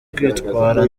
kwitwara